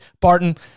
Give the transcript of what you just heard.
Barton